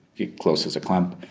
it closes a clamp,